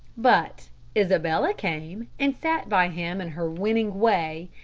but isabella came and sat by him in her winning way,